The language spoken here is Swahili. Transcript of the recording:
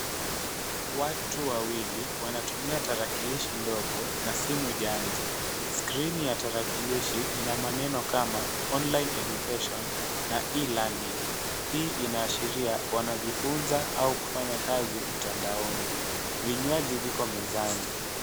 Watu wawili wanatumia tarakilishi ndogo na simu janja. Skrini ya tarakilishi ina maneno kama online education na e-learning . Hii inaashiria wanajifunza au kufanya kazi mtandaoni. Vinywaji viko mezani.